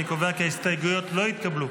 אני קובע כי ההסתייגויות לא התקבלו.